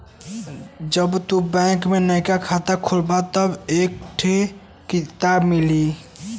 जब तू बैंक में नइका खाता खोलबा तब एक थे किताब मिली